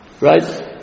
Right